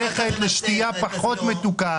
לייצר שתייה פחות מתוקה,